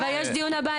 אבל יש את הדיון הבא,